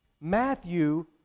Matthew